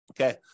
Okay